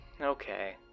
okay